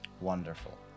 Wonderful